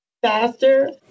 faster